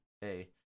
hey